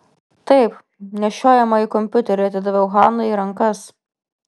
taip nešiojamąjį kompiuterį atidaviau hanai į rankas